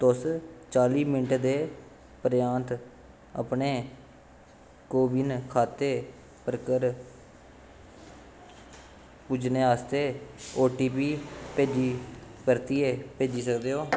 तुस चाली मिंट्ट दे परैंत्त अपने कोविन खाते तक्कर पुज्जने आस्तै ओ टी पी भेजी परतियै भेजी सकदे ओ